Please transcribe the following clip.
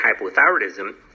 hypothyroidism